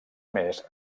més